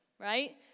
right